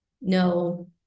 no